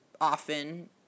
often